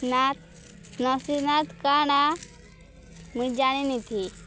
ନା ନସୀନ୍ନାଥ କାଣା ମୁଇଁ ଜାଣିନିଥି